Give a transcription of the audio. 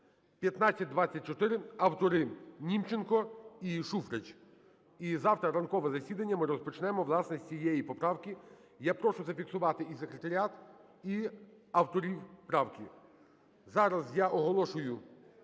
1524, автори – Німченко і Шуфрич. І завтра ранкове засідання ми розпочнемо, власне, з цієї поправки. Я прошу зафіксувати і секретаріат, і авторів правки. Зараз я оголошую,